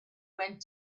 went